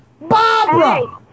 Barbara